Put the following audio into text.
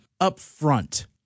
upfront